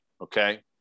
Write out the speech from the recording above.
okay